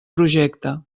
projecte